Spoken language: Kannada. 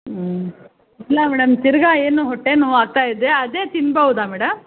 ಹ್ಞೂ ಇಲ್ಲ ಮೇಡಮ್ ತಿರುಗ ಏನು ಹೊಟ್ಟೆ ನೋವು ಆಗ್ತಾಯಿದೆ ಅದೇ ತಿನ್ಬೋದ ಮೇಡಮ್